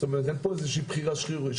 זאת אומרת, אין פה איזושהי בחירה שרירותית.